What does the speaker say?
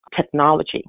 technology